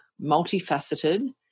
multifaceted